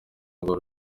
ngo